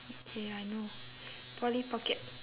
okay I know polly pocket